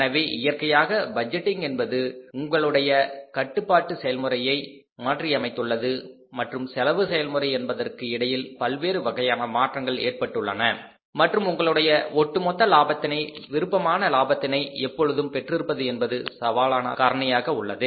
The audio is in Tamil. எனவே இயற்கையாக பட்ஜெட்டிங் என்பது உங்களுடைய கட்டுப்பாட்டு செயல்முறையை மாற்றியுள்ளது மற்றும் செலவு செயல்முறை என்பதற்கு இடையில் பல்வேறு வகையான மாற்றங்கள் ஏற்பட்டுள்ளன மற்றும் உங்களுடைய ஒட்டுமொத்த லாபத்தினை விருப்பமான லாபத்தினை எப்பொழுதும் பெற்றிருப்பது என்பது சவாலான காரணியாக உள்ளது